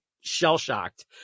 shell-shocked